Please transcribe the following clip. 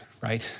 right